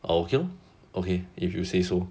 oh okay lor okay if you say so